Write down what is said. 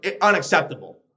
Unacceptable